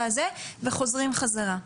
וחוזרים חזרה.